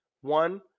One